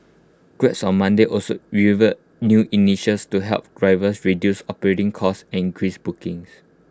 grabs on Monday also new initials to help drivers reduce operating costs and increase bookings